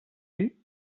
ell